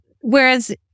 whereas